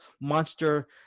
monster